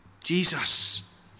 Jesus